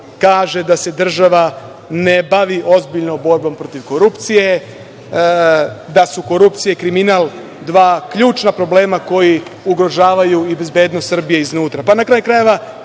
kaže da se država ne bavi ozbiljno borbom protiv korupcije, da su korupcija i kriminal dva ključna problema koji ugrožavaju i bezbednost Srbije iznutra. Na